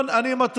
אני,